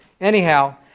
anyhow